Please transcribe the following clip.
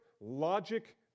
logic